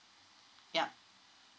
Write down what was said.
yup